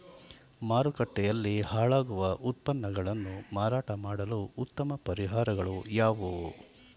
ಮಾರುಕಟ್ಟೆಯಲ್ಲಿ ಹಾಳಾಗುವ ಉತ್ಪನ್ನಗಳನ್ನು ಮಾರಾಟ ಮಾಡಲು ಉತ್ತಮ ಪರಿಹಾರಗಳು ಯಾವುವು?